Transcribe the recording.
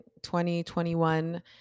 2021